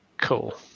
Cool